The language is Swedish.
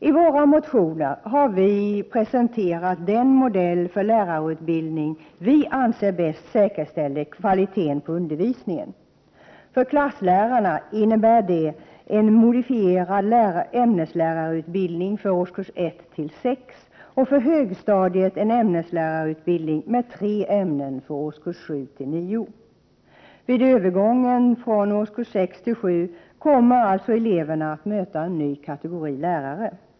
I våra motioner har vi presenterat den modell för lärarutbildning som vi anser bäst säkerställer kvaliteten på undervisningen. För klasslärarna innebär det en modifiering av ämneslärarutbildningen för årskurserna 1—6 och för högstadiet en ämneslärarutbildning med tre ämnen för årskurserna 7—9. Vid övergången från årskurs 6 till årskurs 7 kommer alltså eleverna att möta en ny kategori lärare.